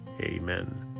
amen